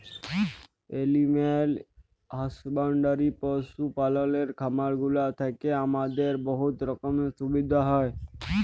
animal husbandry পশু পাললের খামারগুলা থ্যাইকে আমাদের বহুত রকমের সুবিধা হ্যয়